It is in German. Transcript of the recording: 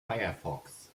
firefox